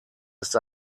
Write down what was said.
ist